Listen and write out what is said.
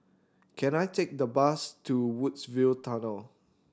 can I take the bus to Woodsville Tunnel